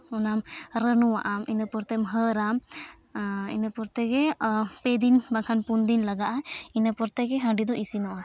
ᱚᱱᱟᱢ ᱨᱟᱹᱱᱩᱣᱟᱜᱼᱟᱢ ᱤᱱᱟᱹ ᱯᱚᱨᱮᱛᱮ ᱦᱟᱹᱨᱟᱢ ᱤᱱᱟᱹ ᱯᱚᱨᱮ ᱛᱮᱜᱮ ᱯᱮ ᱫᱤᱱ ᱵᱟᱝᱠᱷᱟᱱ ᱯᱩᱱ ᱫᱤᱱ ᱞᱟᱜᱟᱜᱼᱟ ᱤᱱᱟᱹ ᱯᱚᱨᱮ ᱛᱮᱜᱮ ᱦᱟᱺᱰᱤ ᱫᱚ ᱤᱥᱤᱱᱚᱜᱼᱟ